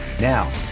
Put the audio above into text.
Now